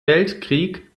weltkrieg